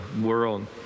world